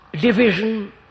division